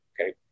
Okay